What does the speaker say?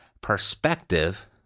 perspective